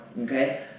okay